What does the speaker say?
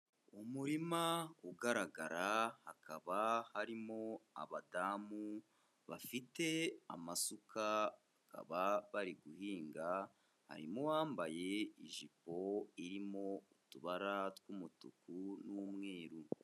Umurima ugaragara hakaba harimo abadamu bafite amasuka bakaba bari guhinga, harimo uwambaye ijipo irimo utubara tw'umutuku n'umweru.